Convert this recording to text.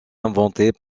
inventée